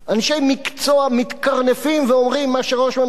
אנשי מקצוע מתקרנפים ואומרים מה שראש ממשלה